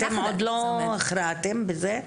אתם עוד לא הכרעתם בזה?